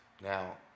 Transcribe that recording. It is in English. Now